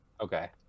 okay